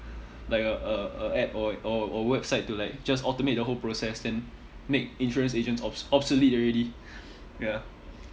like a a a app or or or website to like just automate the whole process then make insurance agents ob~ obsolete already ya